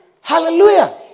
Hallelujah